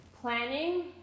planning